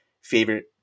favorite